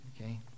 Okay